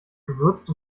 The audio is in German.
gewürzt